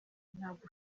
ntabwo